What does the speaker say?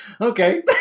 Okay